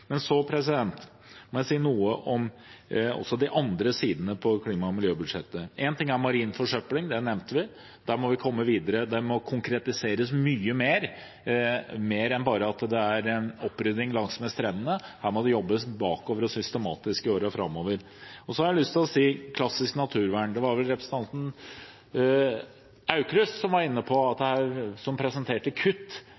si noe om de andre sidene i klima- og miljøbudsjettet. Én ting er marin forsøpling, det nevnte vi. Der må vi komme videre. Dette må konkretiseres mye mer, mer enn bare at det er opprydding langsmed strendene. Her må det jobbes bakover og systematisk i årene framover. Så har jeg lyst til å nevne klassisk naturvern. Det var vel representanten Aukrust som presenterte kutt i budsjettene fra regjeringens side. Sannheten er at det er femte året på rad at